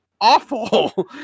awful